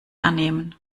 annehmen